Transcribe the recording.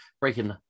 breaking